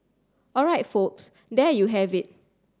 all right folks there you have it